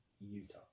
Utah